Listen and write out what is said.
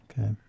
Okay